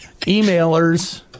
emailers